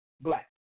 black